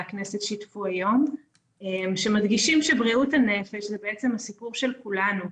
הכנסת שיתפו היום שמדגישים שבריאות הנפש זה בעצם הסיפור של כולנו.